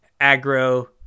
aggro